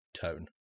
tone